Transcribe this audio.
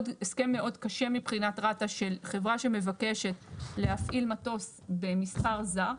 הסכם מאוד קשה מבחינת רת"א של חברה שמבקשת להפעיל מטוס במספר זר.